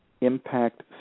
impact